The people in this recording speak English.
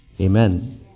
Amen